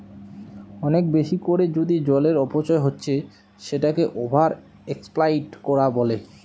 অনেক বেশি কোরে যদি জলের অপচয় হচ্ছে সেটাকে ওভার এক্সপ্লইট কোরা বলে